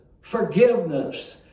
forgiveness